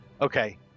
Okay